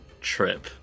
trip